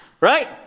Right